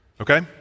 okay